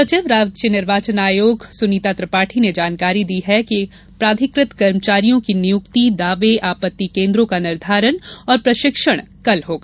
सचिव राज्य निर्वाचन आयोग सुनीता त्रिपाठी ने जानकारी दी है कि प्राधिकृत कर्मचारियों की नियुक्ति दावे आपत्ति केन्द्रों का निर्धारण एवं प्रशिक्षण एक दिसम्बर को होगा